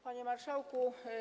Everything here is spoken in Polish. Panie Marszałku!